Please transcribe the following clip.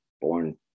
born